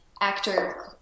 actor